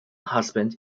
husband